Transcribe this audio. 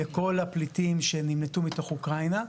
לכל הפליטים שנמלטו מתוך אוקראינה,